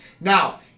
Now